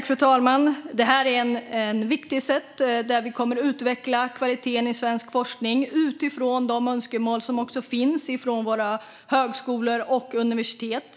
Fru talman! Det här är ett viktigt sätt att utveckla kvaliteten i svensk forskning utifrån de önskemål som finns från våra högskolor och universitet.